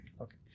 okay